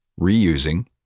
reusing